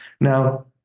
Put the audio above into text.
Now